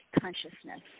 consciousness